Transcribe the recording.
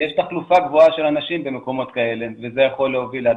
יש תחלופה גבוהה של אנשים במקומות כאלה וזה יכול להוביל להדבקות.